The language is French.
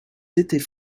étaient